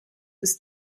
ist